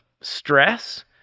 stress